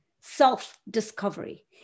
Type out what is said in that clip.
Self-discovery